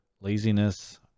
laziness